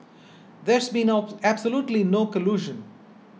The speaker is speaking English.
there's been absolutely no collusion